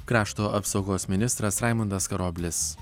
krašto apsaugos ministras raimundas karoblis